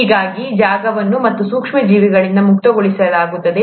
ಹೀಗಾಗಿಯೇ ಜಾಗವನ್ನು ಈ ಸೂಕ್ಷ್ಮಜೀವಿಗಳಿಂದ ಮುಕ್ತಗೊಳಿಸಲಾಗುತ್ತದೆ